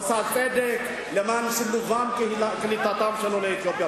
עושה צדק למען שילובם וקליטתם של עולי אתיופיה.